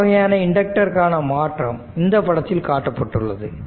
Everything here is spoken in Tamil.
இந்த வகையான இண்டக்டர்கான மாற்றம் இந்த படத்தில் காட்டப்பட்டுள்ளது